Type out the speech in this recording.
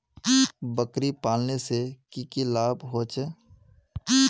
बकरी पालने से की की लाभ होचे?